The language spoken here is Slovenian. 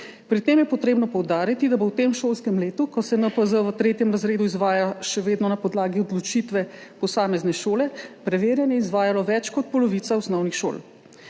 Pri tem je treba poudariti, da bo v tem šolskem letu, ko se NPZ v 3. razredu izvaja še vedno na podlagi odločitve posamezne šole, preverjanje izvajala več kot polovica osnovnih šol.